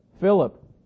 Philip